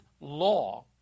law